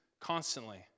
constantly